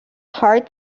heart